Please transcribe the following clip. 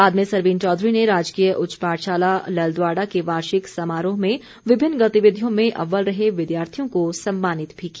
बाद में सरवीण चौधरी ने राजकीय उच्च पाठशाला लदवाड़ा के वार्षिक समारोह में विभिन्न गतिविधियों में अव्वल रहे विद्यार्थियों को सम्मानित भी किया